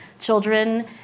children